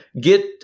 get